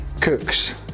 cooks